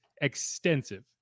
extensive